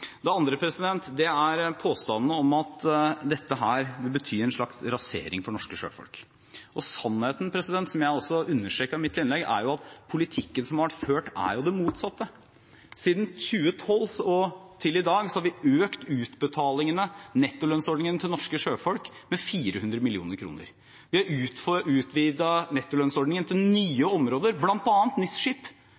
Det andre er påstanden om at dette vil bety en slags rasering for norske sjøfolk. Sannheten, som jeg også understreket i mitt innlegg, er at politikken som har vært ført, betyr det motsatte. Siden 2012 til i dag har vi økt utbetalingene, nettolønnsordningen til norske sjøfolk, med 400 mill. kr. Vi har utvidet nettolønnsordningen til nye